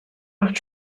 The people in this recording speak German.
macht